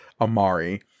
Amari